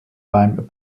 beim